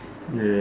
ya